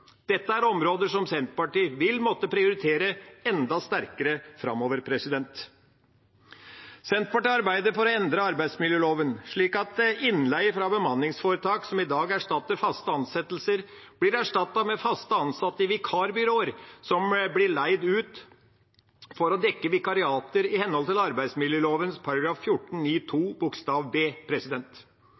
Dette er områder som Senterpartiet vil måtte prioritere enda sterkere framover. Senterpartiet arbeider for å endre arbeidsmiljøloven, slik at innleie fra bemanningsforetak som i dag erstatter faste ansettelser, blir erstattet med fast ansatte i vikarbyråer som blir leid ut for å dekke vikariater, i henhold til arbeidsmiljøloven § 14-9 bokstav b.